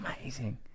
Amazing